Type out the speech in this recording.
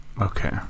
Okay